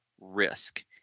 risk